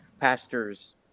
pastors